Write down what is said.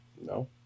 No